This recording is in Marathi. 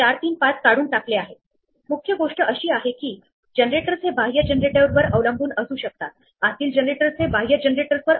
आपण गृहीत धरले आहे की आपल्याला या ग्रीड मधील रो आणि कॉलम ची संख्या m आणि n दिलेली आहे